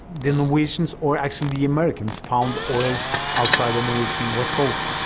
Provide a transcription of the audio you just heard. the norwegians, or actually the americans found oil outside the norwegian west coast,